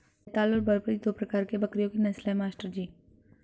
बेताल और बरबरी दो प्रकार के बकरियों की नस्ल है मास्टर जी